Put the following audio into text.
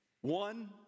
One